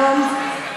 כיום,